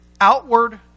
outward